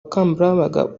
bukangurambaga